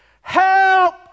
Help